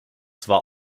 zwar